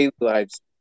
lives